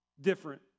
different